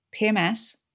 PMS